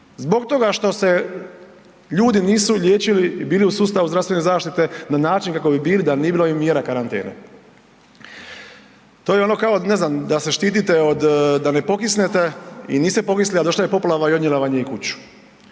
zbog toga što se ljudi nisu liječili i bili u sustavu zdravstvene zaštite na način kako bi bili da nije bilo ovih mjera karantene. To je ono kao ne znam, da se štite da ne pokisnete i niste pokisnuli, a došla je poplava i odnijela vam je i kuću.